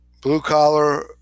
blue-collar